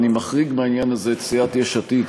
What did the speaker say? אני מחריג מהעניין הזה את סיעת יש עתיד,